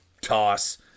Toss